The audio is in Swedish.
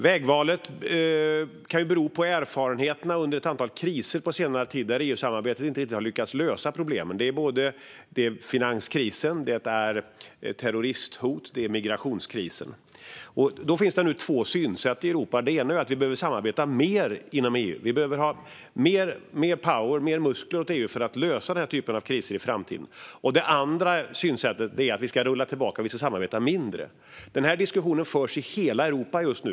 Vägvalet kan bero på erfarenheterna under ett antal kriser på senare tid, där EU-samarbetet inte riktigt har lyckats lösa problemen: finanskrisen, terroristhotet och migrationskrisen. Det finns nu två synsätt i Europa. Det ena är att vi behöver samarbeta mer inom EU och att EU behöver mer muskler för att lösa denna typ av kriser i framtiden. Det andra synsättet är att vi ska rulla tillbaka och samarbeta mindre. Denna diskussion förs i hela Europa just nu.